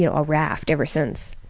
you know a raft ever since.